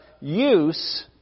use